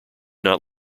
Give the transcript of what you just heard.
not